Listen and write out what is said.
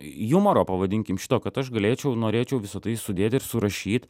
jumoro pavadinkim šito kad aš galėčiau norėčiau visa tai sudėt ir surašyt